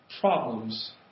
problems